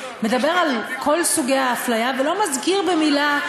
מדבר על סוגי האפליה ולא מזכיר במילה,